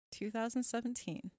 2017